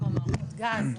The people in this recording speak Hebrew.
כמו מערכות גז,